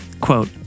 Quote